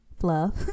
fluff